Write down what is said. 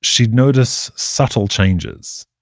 she'd notice subtle changes.